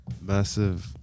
massive